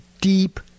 deep